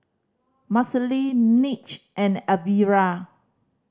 Marcelle Mitch and Elvira